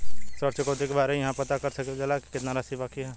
ऋण चुकौती के बारे इहाँ पर पता कर सकीला जा कि कितना राशि बाकी हैं?